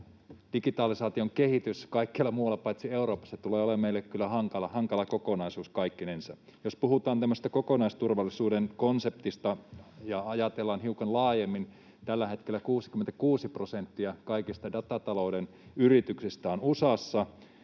digitalisaation kehitys kaikkialla muualla paitsi Euroopassa tulee olemaan meille kyllä hankala kokonaisuus kaikkinensa. Jos puhutaan tämmöisestä kokonaisturvallisuuden konseptista ja ajatellaan hiukan laajemmin, niin kun tällä hetkellä 66 prosenttia kaikista datatalouden yrityksistä on USAssa,